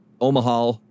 Omaha